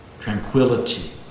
tranquility